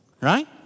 right